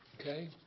Okay